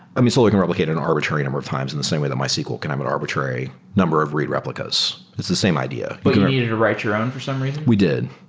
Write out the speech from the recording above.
i mean, solar can replicate an arbitrary number of times in the same way that mysql can have arbitrary number of read replicas. it's the same idea. but you needed to write your own for some reason? we did,